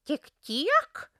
tik kiek